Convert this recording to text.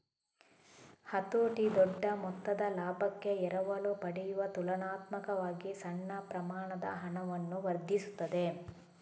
ಹತೋಟಿ ದೊಡ್ಡ ಮೊತ್ತದ ಲಾಭಕ್ಕೆ ಎರವಲು ಪಡೆಯುವ ತುಲನಾತ್ಮಕವಾಗಿ ಸಣ್ಣ ಪ್ರಮಾಣದ ಹಣವನ್ನು ವರ್ಧಿಸುತ್ತದೆ